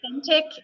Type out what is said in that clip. authentic